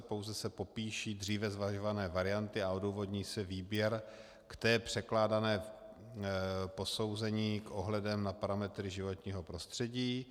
Pouze se popíší dříve zvažované varianty a odůvodní se výběr k té překládané... posouzení s ohledem na parametry životního prostředí.